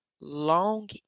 long